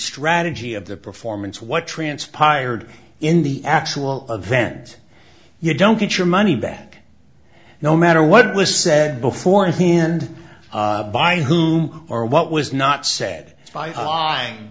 strategy of the performance what transpired in the actual event you don't get your money back no matter what was said beforehand by who or what was not said